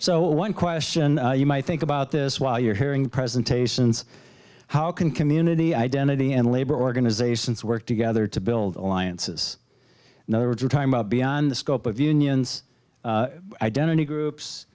so one question you might think about this while you're hearing presentations how can community identity and labor organizations work together to build alliances time out beyond the scope of unions identity